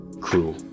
cruel